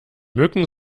mücken